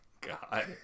God